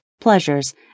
pleasures